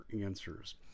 answers